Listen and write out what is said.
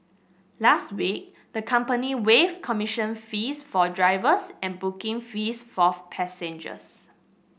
last week the company waived commission fees for drivers and booking fees for passengers